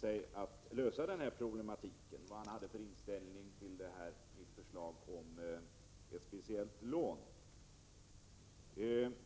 sig att lösa denna problematik, vad han hade för inställning till mitt förslag om ett speciellt lån.